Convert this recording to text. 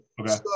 Okay